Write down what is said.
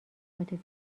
عاطفی